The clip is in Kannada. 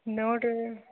ನೋಡಿರಿ